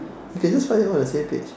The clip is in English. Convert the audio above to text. you can just find them all on the same page